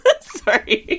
sorry